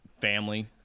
family